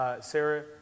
Sarah